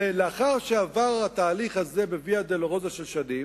ולאחר שעבר התהליך הזה בוויה-דולורוזה של שנים,